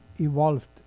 evolved